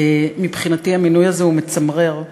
מבחינתי המינוי הזה הוא מצמרר אידיאולוגית.